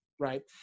right